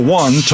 one